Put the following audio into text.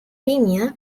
premier